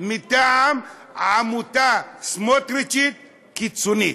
מטעם עמותה סמוטריצ'ית קיצונית?